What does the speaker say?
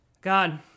god